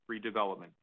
redevelopment